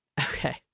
okay